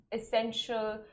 essential